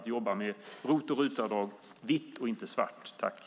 Med RUT och ROT-avdrag kan man arbeta vitt i stället för svart.